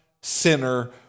sinner